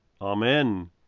Amen